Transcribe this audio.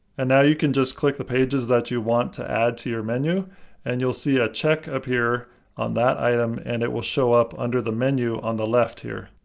and now you can just click the pages that you want to add to your menu and you'll see a check appear on that item and it will show up under the menu on the left here.